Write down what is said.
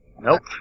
Nope